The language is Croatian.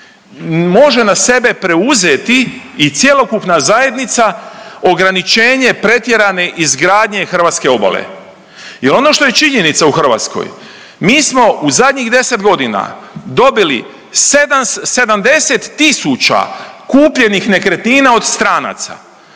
može na sebe preuzeti i cjelokupna zajednica ograničenje pretjerane izgradnje hrvatske obale. Jel ono što je činjenica u Hrvatskoj, mi smo u zadnjih 10.g. dobili 70 tisuća kupljenih nekretnina od stranaca,